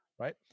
right